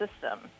system